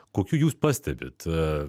kokių jūs pastebit